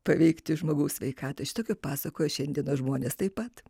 paveikti žmogaus sveikatą šitokio pasakoja šiandien žmonės taip pat